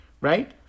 right